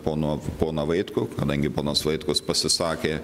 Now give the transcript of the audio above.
pono poną vaitkų kadangi ponas vaitkus pasisakė